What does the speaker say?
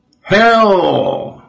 Hell